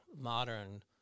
modern